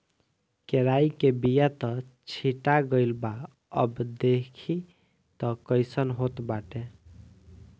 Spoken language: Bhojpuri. केराई के बिया त छीटा गइल बा अब देखि तअ कइसन होत बाटे